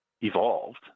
evolved